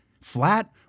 flat